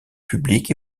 publics